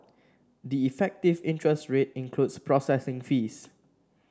the effective interest rate includes processing fees